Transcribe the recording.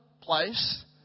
place